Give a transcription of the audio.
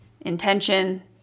intention